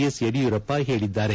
S Yediyurappa ಹೇಳಿದ್ದಾರೆ